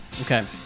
Okay